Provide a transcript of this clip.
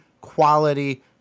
quality